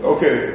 Okay